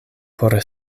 por